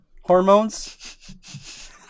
hormones